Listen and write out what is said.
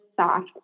soft